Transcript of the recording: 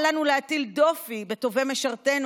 אל לנו להטיל דופי בטובי משרתינו,